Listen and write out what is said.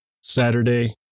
Saturday